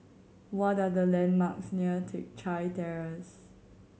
what are the landmarks near Teck Chye Terrace